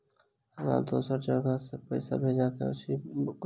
हमरा दोसर जगह पैसा भेजबाक अछि की करू?